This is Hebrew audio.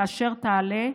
כאשר תעלה,